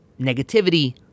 negativity